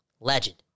legend